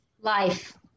Life